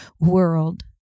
world